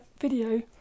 video